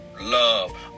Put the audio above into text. love